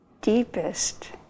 deepest